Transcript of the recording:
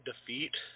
defeat